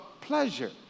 pleasure